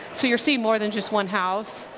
so you're seeing more than just one house.